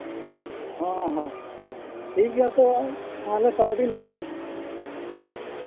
ᱦᱚᱸ ᱦᱚᱸ ᱴᱷᱤᱠᱜᱮᱭᱟ ᱛᱚ ᱛᱟᱦᱚᱞᱮ ᱠᱷᱟᱡ ᱟᱹᱰᱤ ᱱᱟᱯᱟᱭ